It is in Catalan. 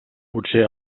potser